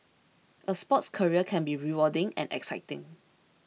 a sports career can be rewarding and exciting